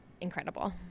incredible